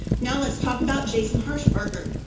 now let's talk about jason hershberger.